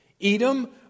Edom